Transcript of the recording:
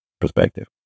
perspective